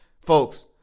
folks